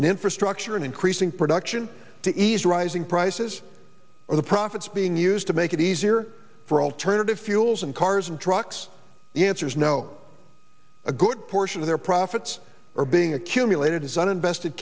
infrastructure and increasing production to ease rising prices or the profits being used to make it easier for alternative fuels and cars and trucks the answer is no a good portion of their profits are being accumulated is uninvested